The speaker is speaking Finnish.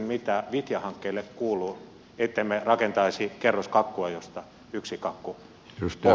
mitä vitja hankkeelle kuuluu ettemme rakentaisi kerroskakkua josta yksi kakkupohja puuttuu